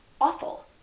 awful